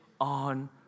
on